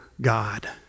God